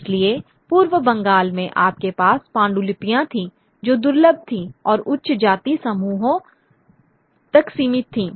इसलिए पूर्व बंगाल में आपके पास पांडुलिपियां थीं जो दुर्लभ थीं और उच्च जाति समूहों तक सीमित थीं